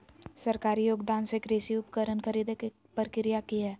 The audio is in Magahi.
सरकारी योगदान से कृषि उपकरण खरीदे के प्रक्रिया की हय?